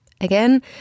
Again